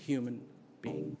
human being